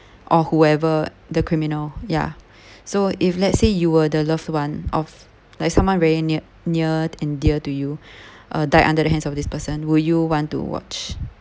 or whoever the criminal ya so if let's say you were the loved one of like someone very near near and dear to you uh died under the hands of this person will you want to watch